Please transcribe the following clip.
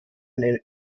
ein